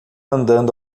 andando